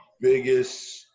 biggest